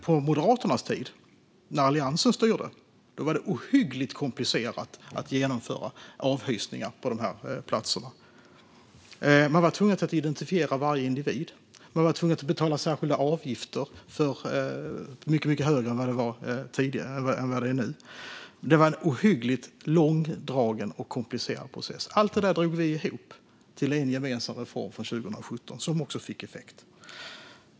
På Moderaternas tid, när Alliansen styrde, var det ohyggligt komplicerat att genomföra avhysningar från de här platserna. Man var tvungen att identifiera varje individ. Man var tvungen att betala särskilda avgifter, mycket högre än de är nu. Det var en ohyggligt långdragen och komplicerad process. Allt det drog vi ihop till en gemensam reform 2017, som också fick effekt.